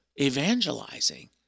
evangelizing